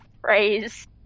phrase